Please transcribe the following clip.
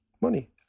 money